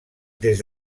des